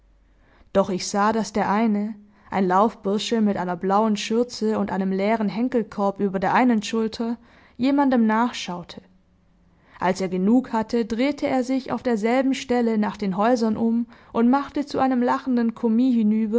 doch ich sah daß der eine ein laufbursche mit einer blauen schürze und einem leeren henkelkorb über der einen schulter jemandem nachschaute als er genug hatte drehte er sich auf derselben stelle nach den häusern um und machte zu einem lachenden